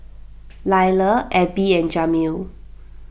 Lyla Abby and Jamil